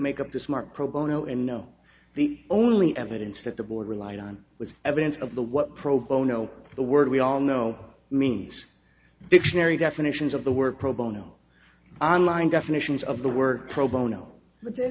make up this mark pro bono and no the only evidence that the board relied on was evidence of the what pro bono the word we all know means dictionary definitions of the word pro bono on line definitions of the work pro bono but the